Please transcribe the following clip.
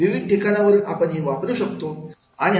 विविध ठिकाणावरून आपण हे वापरू शकतो